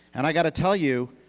and i've got to tell you,